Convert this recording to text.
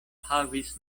havis